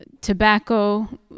tobacco